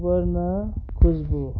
सुवर्ण खुसबू